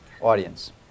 audience